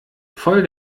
voll